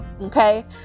okay